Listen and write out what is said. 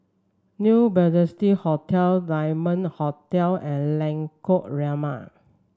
New Majestic Hotel Diamond Hotel and Lengkok Lima